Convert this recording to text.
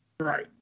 right